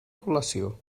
col·lació